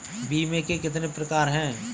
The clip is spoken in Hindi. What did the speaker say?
बीमे के कितने प्रकार हैं?